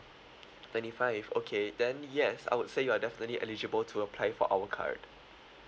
twenty five okay then yes I would say you are definitely eligible to apply for our card